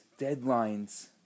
deadlines